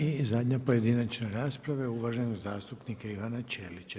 I zadnja pojedinačna rasprava je uvaženog zastupnika Ivana Ćelića.